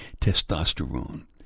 testosterone